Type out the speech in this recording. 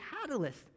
catalyst